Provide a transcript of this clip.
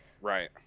Right